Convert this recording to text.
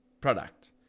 product